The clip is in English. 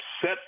set